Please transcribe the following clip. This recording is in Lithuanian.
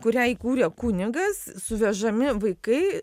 kurią įkūrė kunigas suvežami vaikai